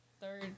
third